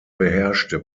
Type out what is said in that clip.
beherrschte